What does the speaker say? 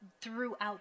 throughout